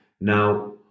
Now